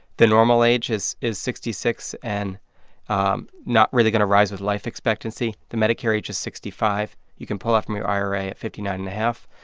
the normal age is is sixty six and um not really going to rise with life expectancy. the medicare age is sixty five. you can pull out from your ira at fifty nine and a half.